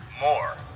more